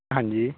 ਹਾਂਜੀ